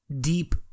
deep